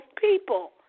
people